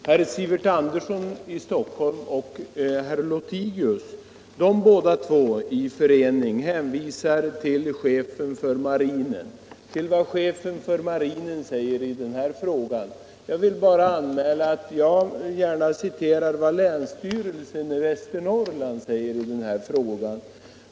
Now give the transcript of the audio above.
Herr talman! Herr Sivert Andersson i Stockholm och herr Lothigius 1 förening hänvisar till vad chefen för marinen säger i denna fråga. Jag vill bara framhålla att jag gärna citerar vad länsstyrelsen i Västernorrlands län säger i denna fråga.